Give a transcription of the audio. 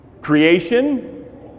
Creation